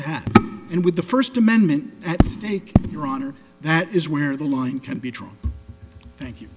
to have and with the first amendment at stake your honor that is where the line can be drawn thank you